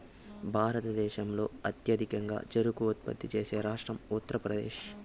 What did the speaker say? భారతదేశంలో అత్యధికంగా చెరకు ఉత్పత్తి చేసే రాష్ట్రం ఉత్తరప్రదేశ్